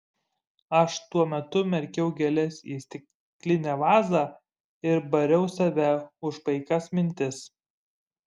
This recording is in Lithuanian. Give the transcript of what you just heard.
aš tuo metu merkiau gėles į stiklinę vazą ir bariau save už paikas mintis